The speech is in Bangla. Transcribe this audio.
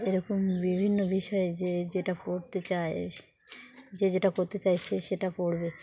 এরকম বিভিন্ন বিষয়ে যে যেটা পড়তে চায় যে যেটা করতে চায় সে সেটা পড়বে